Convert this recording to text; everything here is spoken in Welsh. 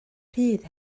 rhydd